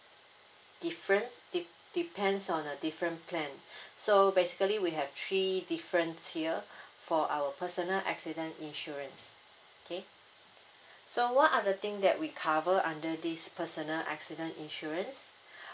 difference de~ depends on a different plan so basically we have three different tier for our personal accident insurance okay so what are the thing that we cover under this personal accident insurance